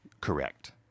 Correct